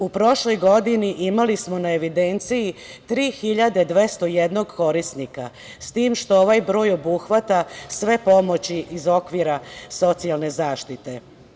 U prošloj godini imali smo na evidenciji 3201 korisnika, s tim što ovaj broj obuhvata sve pomoći iz okvira socijalne zaštite.